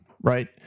right